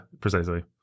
precisely